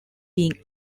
being